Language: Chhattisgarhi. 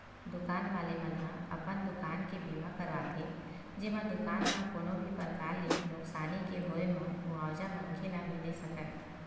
दुकान वाले मन ह अपन दुकान के बीमा करवाथे जेमा दुकान म कोनो भी परकार ले नुकसानी के होय म मुवाजा मनखे ल मिले सकय